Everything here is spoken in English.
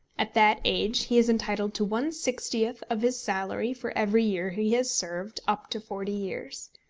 at that age he is entitled to one-sixtieth of his salary for every year he has served up to forty years.